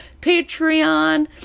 Patreon